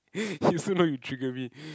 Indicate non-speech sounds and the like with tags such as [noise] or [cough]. [noise] you also know you trigger me